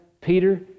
Peter